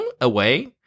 Away